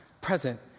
present